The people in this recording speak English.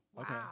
Okay